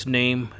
name